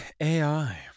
AI